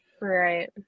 Right